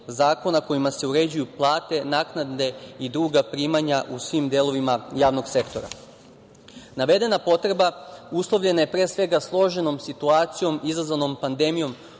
kojima se uređuju plate, naknade i druga primanja u svim delovima javnog sektora. Navedena potreba uslovljena je pre svega složenom situacijom izazvanom pandemijom